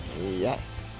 Yes